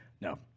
No